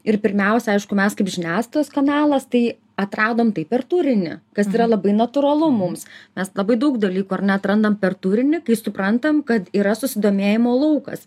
ir pirmiausia aišku mes kaip žiniasklaidos kanalas tai atradom tai per turinį kas yra labai natūralu mums mes labai daug dalykų ar ne atrandam per turinį kai suprantam kad yra susidomėjimo laukas